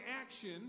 action